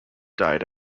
died